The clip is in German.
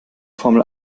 formel